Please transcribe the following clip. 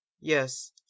Yes